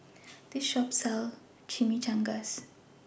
This Shop sells Chimichangas